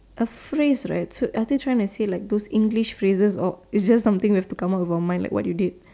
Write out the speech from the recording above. a phrase right so are they trying to say like those English phrases or it's just something you have to come out from your mind like what you did